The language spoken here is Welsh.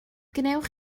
gwnewch